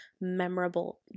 memorable